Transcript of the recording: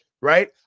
right